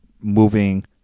moving